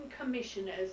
Commissioner's